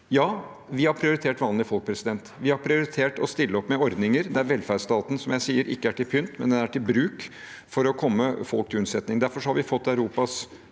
Ja, vi har prioritert vanlige folk. Vi har prioritert å stille opp med ordninger der velferdsstaten – som jeg sier – ikke er til pynt, men er til bruk for å komme folk til unnsetning. Derfor har vi fått Europas